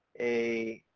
a